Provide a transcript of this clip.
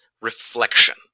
reflection